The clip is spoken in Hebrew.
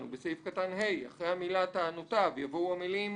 בסעיף קטן (ה), אחרי המילה "טענותיו" יבואו המילים